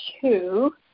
two